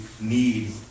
need